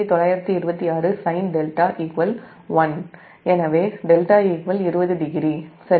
926 sinδ 1 எனவே δ 200 சரி